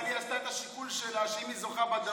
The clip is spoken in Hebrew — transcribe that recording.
השר ביטון,